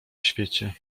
świecie